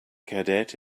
cadet